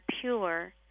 pure